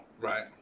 Right